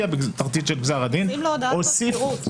נותנים לו הודעת מזכירות.